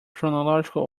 chronological